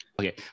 Okay